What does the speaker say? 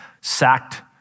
sacked